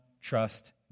trust